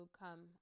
come